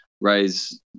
raise